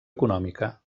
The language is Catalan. econòmica